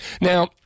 Now